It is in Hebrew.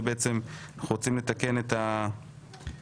אנחנו בעצם רוצים לתקן את ההרכב,